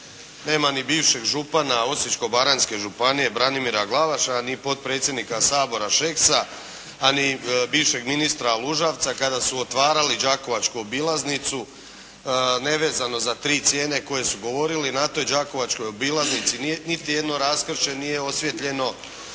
nema ni bivšeg župana Osječko-baranjske županije Branimira Glavaša a ni potpredsjednika Sabora Šeksa, a ni bivšeg ministra Lužavca kada su otvarali Đakovačku obilaznicu, nevezano za tri cijene koje su govorili. Na toj Đakovačkoj obilaznici niti jedno raskršće nije osvijetljeno,